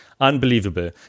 Unbelievable